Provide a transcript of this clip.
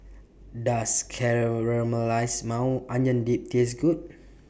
Does Caramelized Maui Onion Dip Taste Good